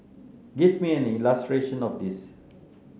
give me an illustration of this